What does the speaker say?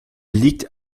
liegt